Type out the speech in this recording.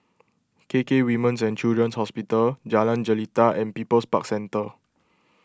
K K Women's and Children's Hospital Jalan Jelita and People's Park Centre